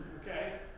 okay?